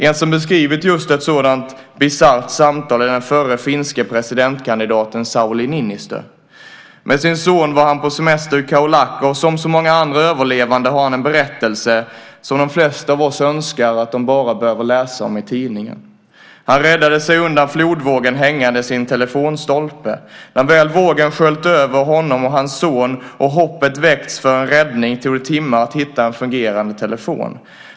En som beskrivit just ett sådant bisarrt samtal är den förre finske presidentkandidaten Sauli Niinistö. Med sin son var han på semester i Khao Lak. Som så många andra överlevande har han en berättelse som de flesta av oss önskar att vi bara behöver läsa om i tidningen. Han räddade sig undan flodvågen hängandes i en telefonstolpe. När väl vågen sköljt över honom och hans son och hoppet väckts för en räddning tog det timmar att hitta en fungerande telefon.